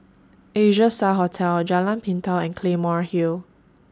Asia STAR Hotel Jalan Pintau and Claymore Hill